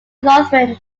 lutheran